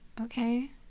Okay